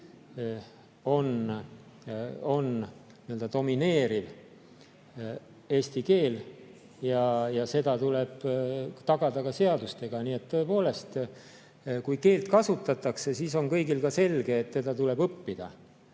on domineeriv eesti keel ja see tuleb tagada ka seadustega. Nii et tõepoolest, kui keelt kasutatakse, siis on kõigile selge, et teda tuleb õppida.